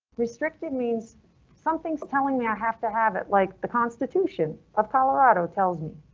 restricted means something is telling me i have to have it like the constitution of colorado tells me.